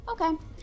Okay